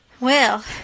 Well